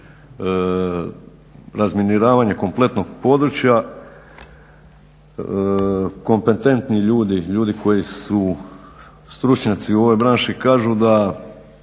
razminiravanje kompletnog područja. Kompetentni ljudi, ljudi koji su stručnjaci u ovoj branši kažu da